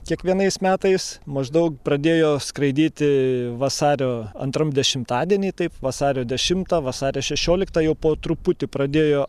kiekvienais metais maždaug pradėjo skraidyti vasario antram dešimtadienį taip vasario dešimtą vasario šešioliktą jau po truputį pradėjo